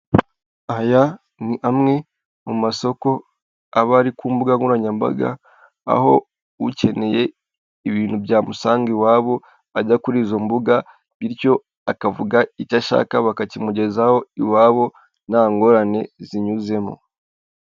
Aya ni amwe mu masoko aba ari ku mbuga nkoranyambaga, aho ukeneye ibintu byamusanga iwabo, ajya kuri izo mbuga bityo, akavuga icyo ashaka bakakimugezaho iwabo, nta ngorane zinyuzemo.